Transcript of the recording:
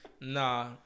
Nah